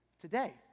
today